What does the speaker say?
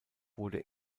wurde